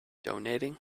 donating